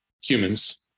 humans